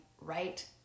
right